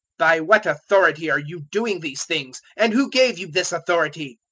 by what authority are you doing these things? and who gave you this authority?